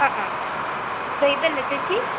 അ ആ ദാ ഇതല്ലേ ചെച്ചി